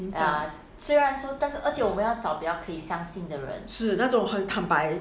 是那种很坦白